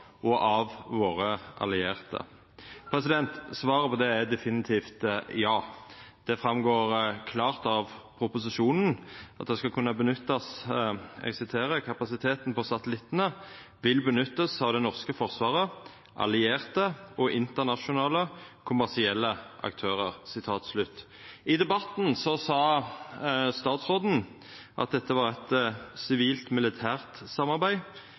og av våre allierte? Svaret på det er definitivt ja. Det går klart fram av proposisjonen: «Kapasiteten på satellittene vil benyttes av det norske forsvaret, allierte og internasjonale, kommersielle aktører.» I debatten sa statsråden at dette var eit sivilt–militært samarbeid,